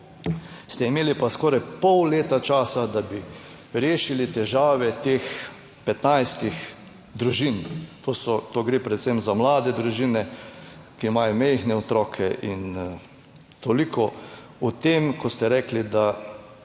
ste imeli pa skoraj pol leta časa, da bi rešili težave teh 15 družin, to so, to gre predvsem za mlade družine., ki imajo majhne otroke In toliko o tem, ko ste rekli, da